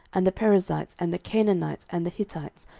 and the perizzites, and the canaanites, and the hittites,